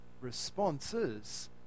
responses